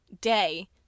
day